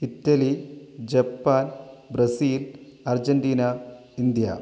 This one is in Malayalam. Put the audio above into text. Italy Japan Brazil Argentina India